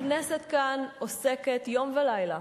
הכנסת כאן עוסקת יום ולילה,